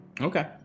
Okay